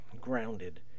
grounded